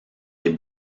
des